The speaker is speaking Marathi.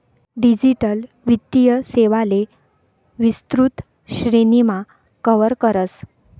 डिजिटल वित्तीय सेवांले विस्तृत श्रेणीमा कव्हर करस